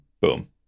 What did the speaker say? boom